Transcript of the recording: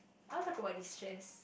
I want to talk about destress